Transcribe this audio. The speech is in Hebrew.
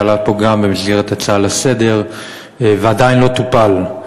שעלה פה גם במסגרת הצעה לסדר-היום ועדיין לא טופל,